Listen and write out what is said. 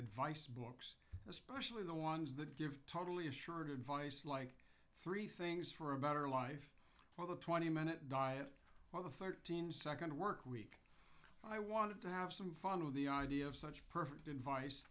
advice books especially the ones that give totally assured advice like three things for a better life for the twenty minute diet while the thirteen second work week i wanted to have some fun with the idea of such perfect advice